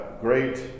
great